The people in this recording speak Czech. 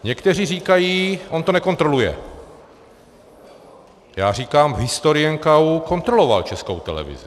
Někteří říkají, on to nekontroluje, já říkám, v historii NKÚ kontroloval Českou televizi.